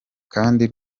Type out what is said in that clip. kandi